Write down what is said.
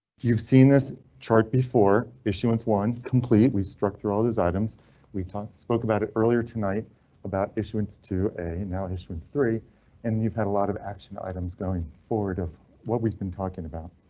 you've seen this chart before issuance. one complete. we struck through all these items we talked, spoke about it earlier tonight about issuance to a and non issuance three and you've had a lot of action items going forward of what we've been talking about.